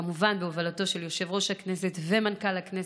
כמובן בהובלתו של יושב-ראש הכנסת ומנכ"ל הכנסת,